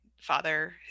father